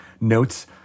notes